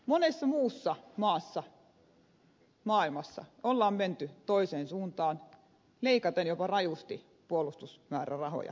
monessa muussa maassa maailmassa on menty toiseen suuntaan leikaten jopa rajusti puolustusmäärärahoja tässä taloustilanteessa